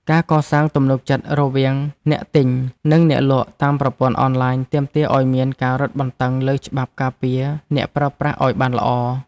ការកសាងទំនុកចិត្តរវាងអ្នកទិញ និងអ្នកលក់តាមប្រព័ន្ធអនឡាញទាមទារឱ្យមានការរឹតបន្តឹងលើច្បាប់ការពារអ្នកប្រើប្រាស់ឱ្យបានល្អ។